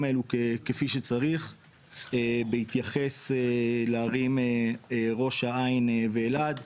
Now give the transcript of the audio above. האלו כפי שצריך בהתייחס לערים ראש העין ואלעד.